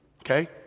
Okay